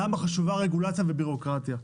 למה חשובה רגולציה ובירוקרטיה.